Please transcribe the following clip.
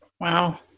Wow